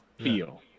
feel